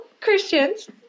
christians